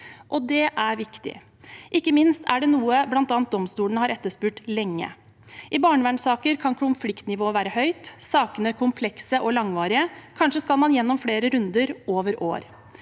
Det er viktig. Ikke minst er det noe bl.a. domstolene har etterspurt lenge. I barnevernssaker kan konfliktnivået være høyt og sakene komplekse og langvarige. Kanskje skal man gjennom flere runder over år.